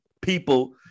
people